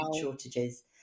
shortages